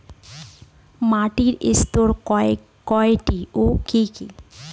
মাটির স্তর কয়টি ও কি কি?